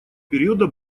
периода